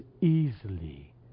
easily